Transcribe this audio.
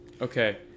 okay